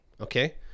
Okay